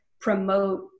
promote